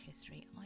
history